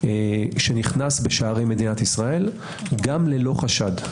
שנכנס בשערי מדינת ישראל גם ללא חשד.